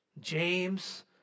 James